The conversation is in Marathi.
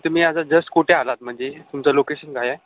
तुम्ही आज जस्ट कुठे आलात म्हणजे तुमचं लोकेशन काय आहे